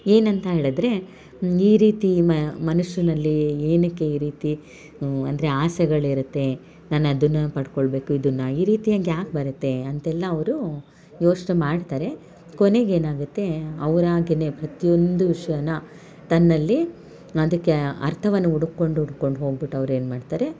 ಏನಂತ ಹೇಳಿದ್ರೆ ಈ ರೀತಿ ಮನಷ್ಯನಲ್ಲಿ ಏನಕ್ಕೆ ಈ ರೀತಿ ಅಂದರೆ ಆಸೆಗಳಿರುತ್ತೆ ನಾನು ಅದನ್ನು ಪಡ್ಕೊಳ್ಳಬೇಕು ಇದನ್ನು ಈ ರೀತಿಯಾಗಿ ಯಾಕೆ ಬರುತ್ತೆ ಅಂತೆಲ್ಲ ಅವರು ಯೋಚನೆ ಮಾಡ್ತಾರೆ ಕೊನೆಗೆ ಏನಾಗುತ್ತೆ ಅವ್ರಾಗೇ ಪ್ರತಿಯೊಂದು ವಿಷಯನ ತನ್ನಲ್ಲಿ ಅದಕ್ಕೆ ಅರ್ಥವನ್ನು ಹುಡ್ಕೊಂಡು ಹುಡ್ಕೊಂಡ್ ಹೋಗ್ಬುಟ್ಟು ಅವ್ರೇನು ಮಾಡ್ತಾರೆ